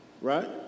right